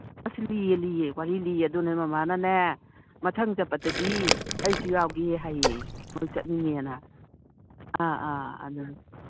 ꯑꯁ ꯂꯤꯌꯦ ꯂꯤꯌꯦ ꯋꯥꯔꯤ ꯂꯤꯌꯦ ꯑꯗꯅꯦ ꯃꯃꯥꯅꯅꯦ ꯃꯊꯪ ꯆꯠꯄꯗꯗꯤ ꯑꯩꯁꯨ ꯌꯥꯎꯒꯦ ꯍꯥꯏꯌꯦ ꯃꯣꯏ ꯆꯠꯅꯤꯡꯉꯦꯅ ꯑꯥ ꯑꯥ